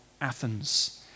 Athens